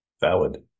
valid